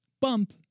Bump